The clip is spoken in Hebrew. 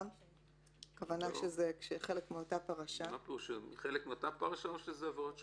-- חלק מאותה פרשה או עבירות שונות?